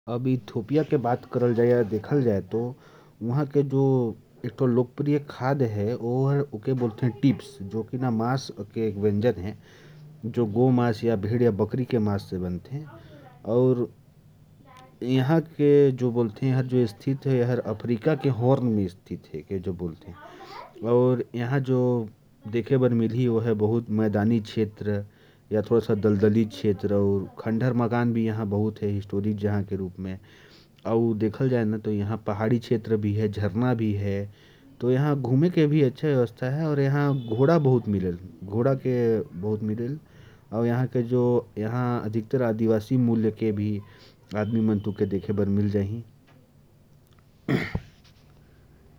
इथियोपिया की बात करें तो, वहां के व्यंजन हैं टिप्स, जो गौमांस या भेड़ के मांस से बने होते हैं। यहां घोड़े बहुत देखे जाते हैं। और इथियोपिया अफ्रीका के हॉर्न में स्थित है।